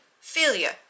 failure